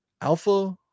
Alpha